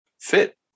fit